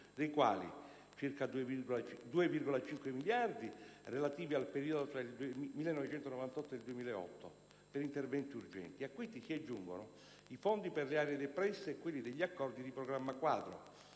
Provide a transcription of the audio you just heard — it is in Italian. dei quali circa 2,5 miliardi, relativi al periodo tra 1998 e il 2008, per interventi urgenti. A questi si aggiungono i fondi per le aree depresse e quelli degli accordi di programma quadro